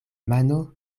mano